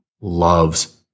loves